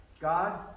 God